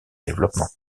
développement